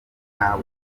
ntabwo